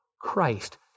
Christ